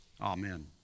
Amen